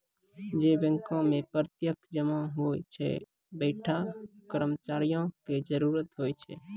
जै बैंको मे प्रत्यक्ष जमा होय छै वैंठा कर्मचारियो के जरुरत होय छै